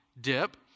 dip